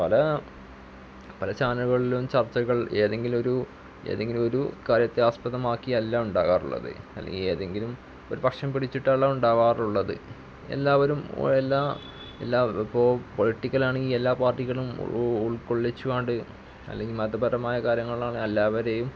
പല ചാനലുകളിലും ചർച്ചകൾ ഏതെങ്കിലും ഒരു ഏതെങ്കിലും ഒരു കാര്യത്തെ ആസ്പദമാക്കി അല്ല ഉണ്ടാകാറുള്ളത് അല്ലെങ്കില് ഏതെങ്കിലും ഒരു പക്ഷം പിടിച്ചിട്ടല്ല ഉണ്ടാവാറുള്ളത് എല്ലാവരും എല്ലാ ഇപ്പോള് പൊളിറ്റിക്കലാണെങ്കിൽ എല്ലാ പാർട്ടികളും ഉൾക്കൊള്ളിച്ചുകൊണ്ട് അല്ലെങ്കിൽ മതപരമായ കാര്യങ്ങളാണ് എല്ലാവരെയും